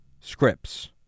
Scripts